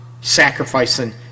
sacrificing